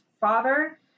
father